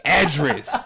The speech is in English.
address